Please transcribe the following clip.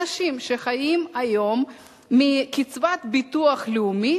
אנשים שחיים היום מקצבת ביטוח לאומי,